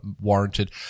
warranted